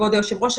כבוד היושב ראש,